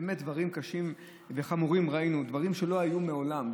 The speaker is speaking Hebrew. באמת ראינו דברים קשים וחמורים שלא היו מעולם,